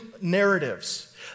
narratives